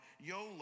YOLO